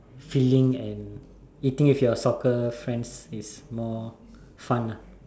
filling and eating with your soccer friends is more fun ah